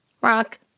Rock